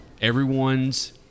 everyone's